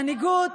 מנהיגות